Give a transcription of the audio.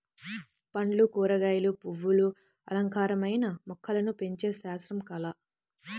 పండ్లు, కూరగాయలు, పువ్వులు అలంకారమైన మొక్కలను పెంచే శాస్త్రం, కళ